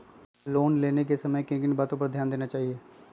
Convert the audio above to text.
Loan लेने के समय किन किन वातो पर ध्यान देना चाहिए?